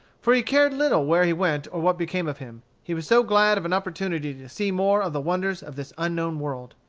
for he cared little where he went or what became of him, he was so glad of an opportunity to see more of the wonders of this unknown world.